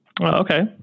okay